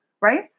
right